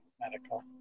medical